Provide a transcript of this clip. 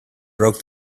broke